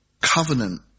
covenant